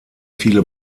viele